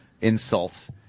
insults